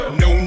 no